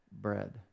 bread